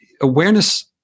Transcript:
awareness